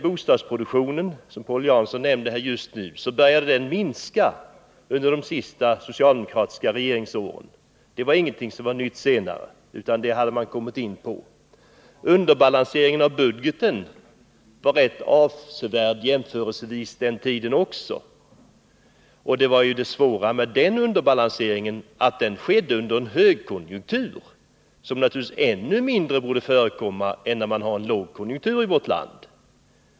Bostadsproduktionen, som Paul Jansson nyss nämnde här, började minska under de sista socialdemokratiska regeringsåren. Det kom inte som en nyhet senare, utan minskningen hade redan då påbörjats. Underbalanseringen av budgeten var avsevärd också under den socialdemokratiska tiden. Det svåra med den underbalanseringen var ju att den skedde under en högkonjunktur + det borde naturligtvis ännu mindre förekomma än när man har en lågkonjunktur i vårt land.